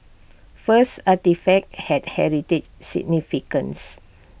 first artefacts had heritage significance